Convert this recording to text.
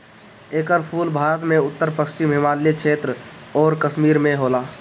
एकर फूल भारत में उत्तर पश्चिम हिमालय क्षेत्र अउरी कश्मीर में होला